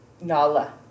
Nala